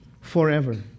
forever